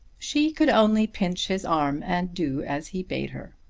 she could only pinch his arm, and do as he bade her.